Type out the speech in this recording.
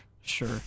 sure